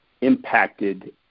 impacted